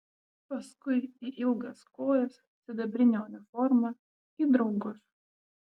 paskui į ilgas kojas sidabrinę uniformą į draugus